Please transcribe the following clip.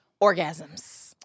Orgasms